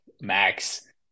Max